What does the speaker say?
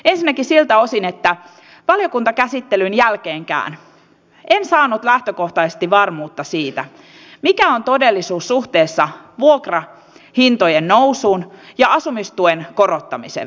ainakin siltä osin että e ensinnäkin valiokuntakäsittelyn jälkeenkään en saanut lähtökohtaisesti varmuutta siitä mikä on todellisuus suhteessa vuokrahintojen nousun ja asumistuen korottamisen välillä